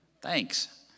Thanks